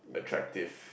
attractive